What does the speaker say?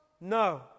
No